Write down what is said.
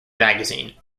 magazine